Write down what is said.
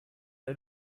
ein